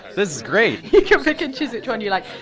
this is great you can pick and choose which one you like.